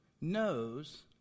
knows